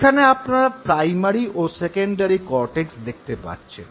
এখানে আপনারা প্রাইমারি ও সেকেন্ডারি কর্টেক্স দেখতে পাচ্ছেন